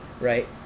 right